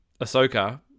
Ahsoka